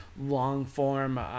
long-form